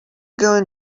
going